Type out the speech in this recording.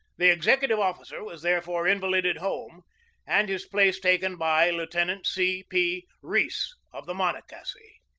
the executive officer was therefore invalided home and his place taken by lieutenant c. p. rees, of the monocacy.